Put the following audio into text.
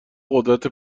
قدرت